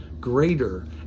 greater